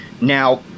now